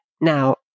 Now